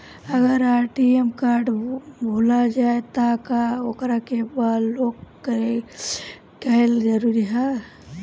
अगर ATM card भूला जाए त का ओकरा के बलौक कैल जरूरी है का?